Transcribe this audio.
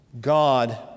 God